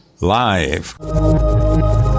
live